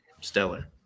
stellar